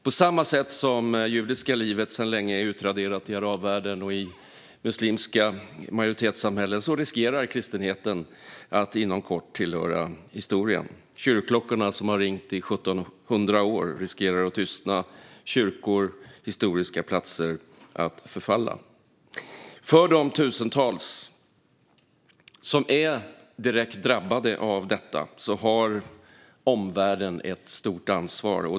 På samma sätt som det judiska livet sedan länge är utraderat i arabvärlden och i muslimska majoritetssamhällen riskerar kristenheten att inom kort tillhöra historien. Kyrkklockorna som har ringt i 1 700 år riskerar att tystna och kyrkor och historiska platser att förfalla. För de tusentals som är direkt drabbade av detta har omvärlden ett stort ansvar.